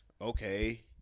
okay